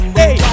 hey